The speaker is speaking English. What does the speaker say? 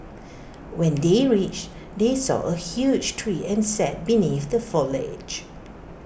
when they reached they saw A huge tree and sat beneath the foliage